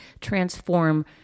transform